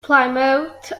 plymouth